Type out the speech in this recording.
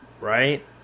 right